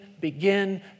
begin